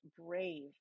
brave